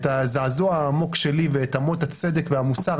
את הזעזוע העמוק שלי ואת אמות הצדק והמוסר,